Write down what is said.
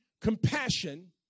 compassion